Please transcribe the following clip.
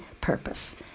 purpose